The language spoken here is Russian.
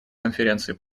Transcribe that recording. конференции